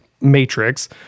Matrix